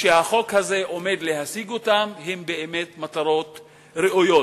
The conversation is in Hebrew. שהחוק הזה עומד להשיג הן באמת מטרות ראויות?